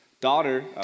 daughter